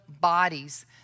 bodies